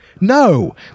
No